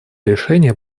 решение